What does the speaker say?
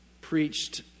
preached